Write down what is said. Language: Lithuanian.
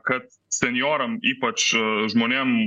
kad senjoram ypač žmonėm